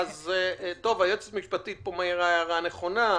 היועצת המשפטית מעירה פה הערה נכונה: